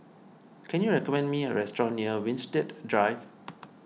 can you recommend me a restaurant near Winstedt Drive